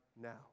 now